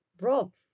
Rob